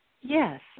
Yes